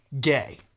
gay